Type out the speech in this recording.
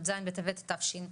י"ז בטבת תשפ"ב.